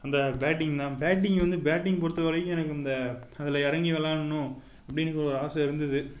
அந்த பேட்டிங் தான் பேட்டிங் வந்து பேட்டிங் பொறுத்த வரைக்கும் எனக்கு அந்த அதில் இறங்கி விளாட்ணும் அப்படிங்குற ஒரு ஆசை இருந்துது